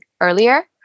earlier